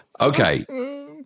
Okay